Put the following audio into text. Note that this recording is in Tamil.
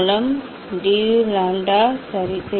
d mu by d lambda by minus 2B க்கு சமமான lambda கனசதுரம்